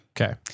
Okay